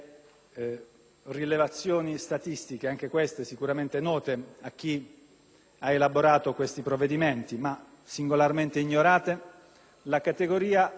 ha elaborato questi provvedimenti, ma singolarmente ignorate, si tratta della categoria con livello di pericolosità sociale più basso in assoluto.